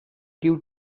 due